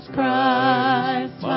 Christ